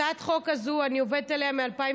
הצעות החוק הזו, אני עובדת עליה מ-2015.